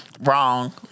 wrong